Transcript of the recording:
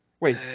Wait